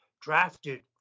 drafted